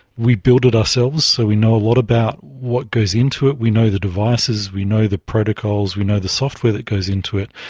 we built it ourselves, so we know a lot about what goes into it, we know the devices, we know the protocols, we know the software that goes into it.